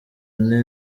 ane